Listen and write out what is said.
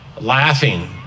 laughing